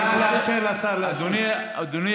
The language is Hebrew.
נא לאפשר לשר להשיב.